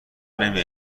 نمیایی